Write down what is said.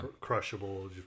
crushable